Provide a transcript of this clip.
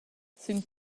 sün